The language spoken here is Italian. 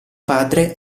padre